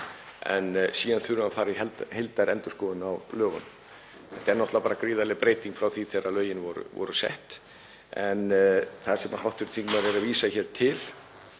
en síðan þurfum við að fara í heildarendurskoðun á lögunum. Þetta er náttúrlega gríðarleg breyting frá því þegar lögin voru sett. Það sem hv. þingmaður er að vísa hér til